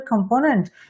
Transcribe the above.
component